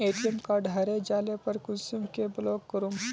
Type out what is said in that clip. ATM card हरे जाले पर कुंसम के ब्लॉक करूम?